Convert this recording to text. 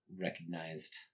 recognized